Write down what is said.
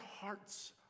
hearts